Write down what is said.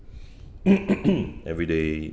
every day